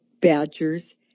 badgers